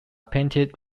painted